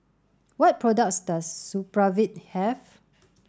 what products does Supravit have